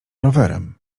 rowerem